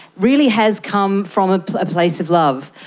really has come from ah a place of love.